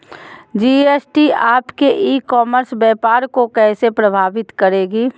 GST आपके e commerce व्यापार को कैसे प्रभावित करेगी?